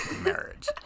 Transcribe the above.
Marriage